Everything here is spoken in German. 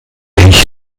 ich